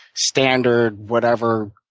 standard whatever.